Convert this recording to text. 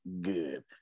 Good